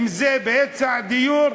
אם בהיצע הדיור,